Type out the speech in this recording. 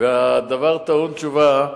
והדבר טעון תשובה,